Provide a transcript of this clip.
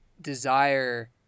desire